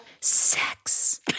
Sex